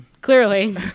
clearly